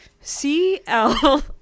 C-L-